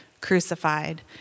crucified